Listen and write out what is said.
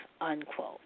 unquote